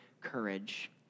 courage